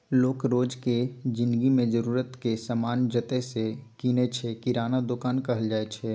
लोक रोजक जिनगी मे जरुरतक समान जतय सँ कीनय छै किराना दोकान कहल जाइ छै